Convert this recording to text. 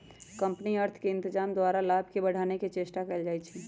company अर्थ के इत्जाम द्वारा लाभ के बढ़ाने के चेष्टा कयल जाइ छइ